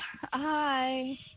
Hi